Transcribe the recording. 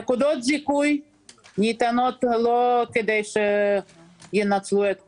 נקודות זיכוי ניתנות לא כדי שינצלו את כולן.